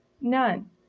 None